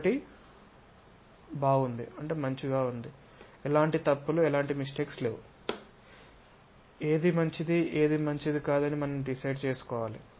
ఒకటి మంచిది ఎలాంటి తప్పులు లేవు ఏది మంచిది ఏది మంచిది కాదని మనం డిసైడ్ చేసుకోవాలి